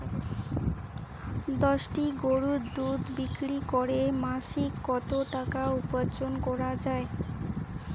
দশটি গরুর দুধ বিক্রি করে মাসিক কত টাকা উপার্জন করা য়ায়?